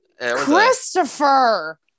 Christopher